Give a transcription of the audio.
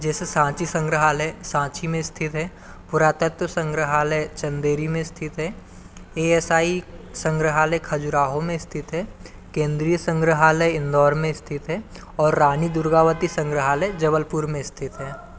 जैसे साँची संग्रहालय साँची में स्थित है पुरातत्व संग्रहालय चंदेरी में स्थित है ए एस आई संग्रहालय खजुराहो में स्थित है केंद्रीय संग्रहालय इंदौर में स्थित है और रानी दुर्गावती संग्रहालय जबलपुर में स्थित है